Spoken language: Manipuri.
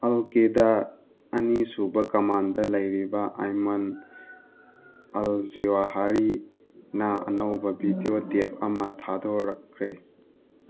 ꯑꯜꯀꯤꯗ ꯑꯅꯤꯁꯨꯕ ꯀꯃꯥꯟꯗ ꯂꯩꯔꯤꯕ ꯑꯥꯏꯃꯟ ꯑꯜ ꯖꯤꯋꯥꯍꯥꯔꯤꯅ ꯑꯅꯧꯕ ꯕꯤꯗꯤꯑꯣ ꯇꯦꯞ ꯑꯃ ꯊꯥꯗꯣꯔꯛꯈ꯭ꯔꯦ